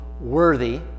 worthy